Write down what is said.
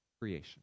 creation